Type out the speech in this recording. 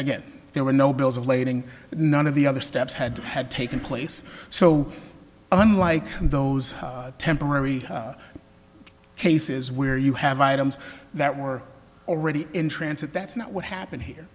again there were no bills of lading none of the other steps had had taken place so unlike those temporary cases where you have items that were already in transit that's not what happened here